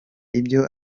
ibyo